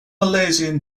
malaysian